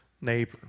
neighbor